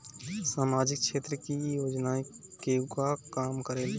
सामाजिक क्षेत्र की योजनाएं केगा काम करेले?